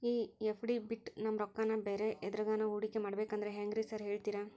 ಈ ಎಫ್.ಡಿ ಬಿಟ್ ನಮ್ ರೊಕ್ಕನಾ ಬ್ಯಾರೆ ಎದ್ರಾಗಾನ ಹೂಡಿಕೆ ಮಾಡಬೇಕಂದ್ರೆ ಹೆಂಗ್ರಿ ಸಾರ್ ಹೇಳ್ತೇರಾ?